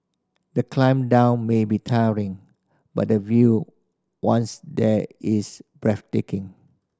the climb down may be tiring but the view once there is breathtaking